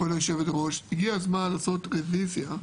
כבוד יושבת-הראש, הגיע הזמן לעשות רוויזיה קטנה,